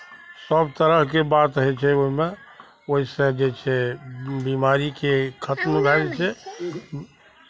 सभ तरहके बात होइ छै ओहिमे ओहिसँ जे छै बिमारीकेँ खतम भए जाइ छै